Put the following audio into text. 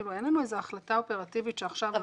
אין לנו איזו החלטה אופרטיבית שעכשיו אנחנו נהרס כזה או אחר.